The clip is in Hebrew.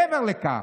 מעבר לכך,